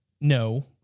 no